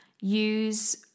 Use